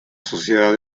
sociedad